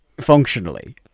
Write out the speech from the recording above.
Functionally